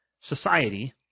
society